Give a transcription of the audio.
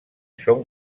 són